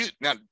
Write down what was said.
now